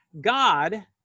God